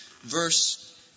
Verse